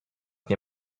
nie